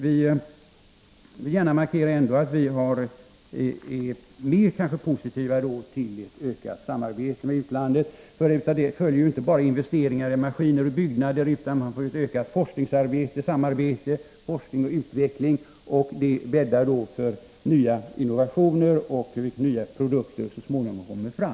Jag vill gärna markera att vi på vår sida kanske är mer positiva till ökat samarbete med utlandet, för av det följer ju inte bara investeringar i maskiner och byggnader, utan man får också ett ökat samarbete i fråga om forskning och utveckling, och det bäddar för innovationer och att nya produkter så småningom kommer fram.